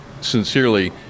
sincerely